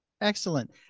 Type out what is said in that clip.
Excellent